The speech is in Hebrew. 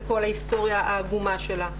לכל ההיסטוריה העגומה שלה,